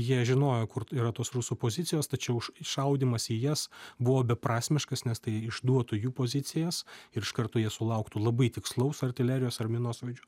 jie žinojo kur yra tos rusų pozicijos tačiau ša šaudymas į jas buvo beprasmiškas nes tai išduotų jų pozicijas ir iš karto jie sulauktų labai tikslaus artilerijos ar minosvaidžių